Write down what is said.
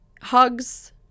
hugs